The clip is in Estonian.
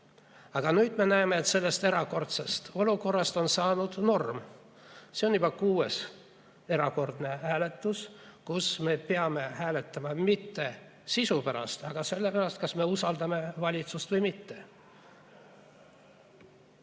Aga nüüd me näeme, et sellest erakordsest olukorrast on saanud norm. See on juba kuues erakordne hääletus, kus me ei pea hääletama mitte sisu pärast, vaid peame hääletame selle üle, kas me usaldame valitsust või mitte.